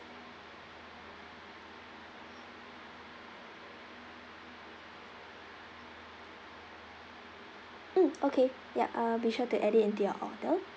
mm okay yup I'll be sure to add it into your order